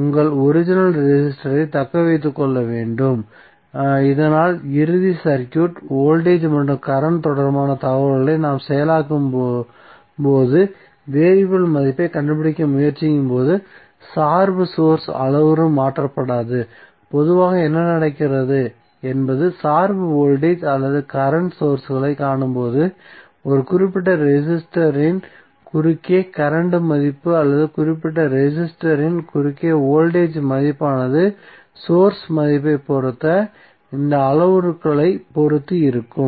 உங்கள் ஒரிஜினல் ரெசிஸ்டரை தக்க வைத்துக் கொள்ள வேண்டும் இதனால் இறுதி சர்க்யூட் வோல்டேஜ் மற்றும் கரண்ட் தொடர்பான தகவல்களை நாம் செயலாக்கும்போது வேறியபிள் மதிப்பைக் கண்டுபிடிக்க முயற்சிக்கும்போது சார்பு சோர்ஸ் அளவுரு மாற்றப்படாது பொதுவாக என்ன நடக்கிறது என்பது சார்பு வோல்டேஜ் அல்லது கரண்ட் சோர்ஸ்களைக் காணும்போது ஒரு குறிப்பிட்ட ரெசிஸ்டன்ஸ்ன் குறுக்கே கரண்ட் மதிப்பு அல்லது குறிப்பிட்ட ரெசிஸ்டன்ஸ்ன் குறுக்கே வோல்டேஜ் ன் மதிப்பு ஆனது சோர்ஸ் மதிப்பைப் பொறுத்த அந்த அளவுருக்களைப் பொறுத்து இருக்கும்